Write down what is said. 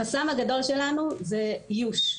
החסם הגדול שלנו זה איוש.